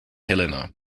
helena